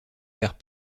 vers